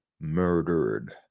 murdered